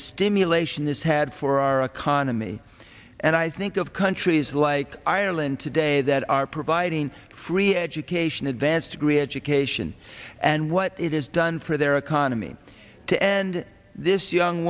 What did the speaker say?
stimulation has had for our economy and i think of countries like ireland today that are providing free educate ation advanced degree education and what it is done for their economy to end this young